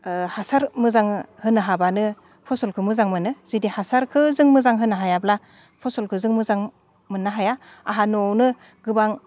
हासार मोजां होनो हाब्लानो फसलखौ मोजां मोनो जुदि हासारखो जों मोजां होनो हायाब्ला फसलखो जों मोजां मोननो हाया आंहा न'आवनो गोबां